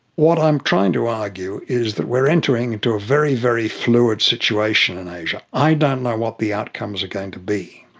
what i'm trying to argue is that we're entering into a very, very fluid situation in asia. i don't know what the outcomes are going to be.